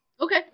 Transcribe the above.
Okay